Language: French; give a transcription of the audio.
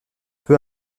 peu